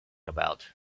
about